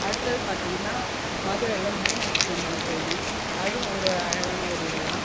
அடுத்தது பார்த்தீங்கனா மதுரையில் மீனாட்சி அம்மன் கோயில் அதுவும் ஒரு அழகான ஒரு இது தான்